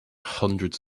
hundreds